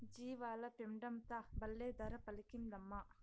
జీవాల పెండంతా బల్లే ధర పలికిందమ్మా